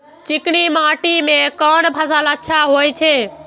चिकनी माटी में कोन फसल अच्छा होय छे?